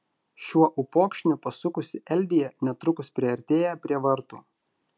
šiuo upokšniu pasukusi eldija netrukus priartėja prie vartų